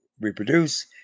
reproduce